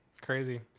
crazy